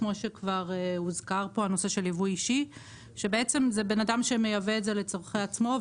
שזה בן אדם שמייבא את זה לצורכי עצמו,